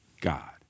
God